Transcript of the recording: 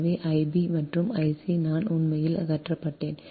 எனவே I b மற்றும் Ic நான் உண்மையில் அகற்றப்பட்டேன்